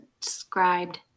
described